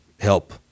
help